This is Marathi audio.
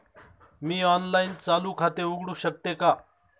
मी ऑनलाइन चालू खाते उघडू शकते का?